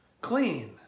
clean